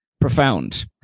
profound